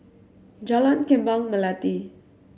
Jalan Kembang Melati